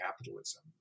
capitalism